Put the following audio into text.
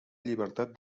llibertat